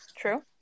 True